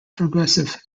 progressive